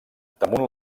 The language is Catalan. damunt